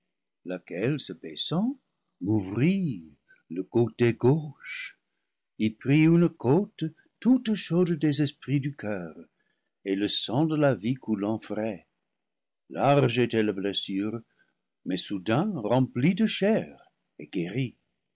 laquelle se baissant m'ouvrit le côté gauche y prit une côte toute chaude des esprits du coeur et le sang de la vie coulant frais large était la blessure mais soudain rem plie de chair et guérie